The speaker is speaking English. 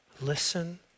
listen